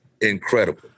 incredible